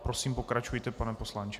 Prosím, pokračujte, pane poslanče.